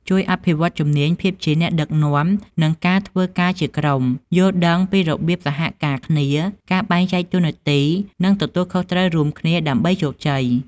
ជួយអភិវឌ្ឍជំនាញភាពជាអ្នកដឹកនាំ និងការធ្វើការជាក្រុម យល់ដឹងពីរបៀបសហការគ្នា ការបែងចែកតួនាទី និងទទួលខុសត្រូវរួមគ្នាដើម្បីជោគជ័យ។